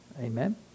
Amen